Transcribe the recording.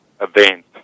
event